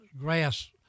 grass